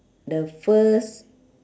the first